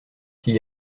s’il